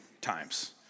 times